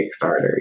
Kickstarter